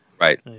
Right